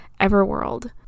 Everworld